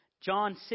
John